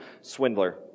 Swindler